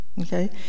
okay